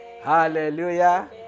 hallelujah